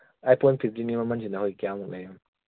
ꯑꯥꯏ phone ꯐꯤꯞꯇꯤꯟꯒꯤ ꯃꯃꯟꯁꯤꯅ ꯍꯣꯏ ꯀꯌꯥꯃꯨꯛ ꯂꯩꯕ